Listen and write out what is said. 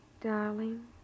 darling